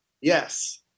Yes